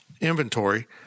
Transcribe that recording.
inventory